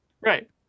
right